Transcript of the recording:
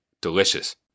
Delicious